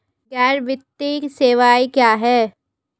गैर वित्तीय सेवाएं क्या हैं?